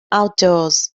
outdoors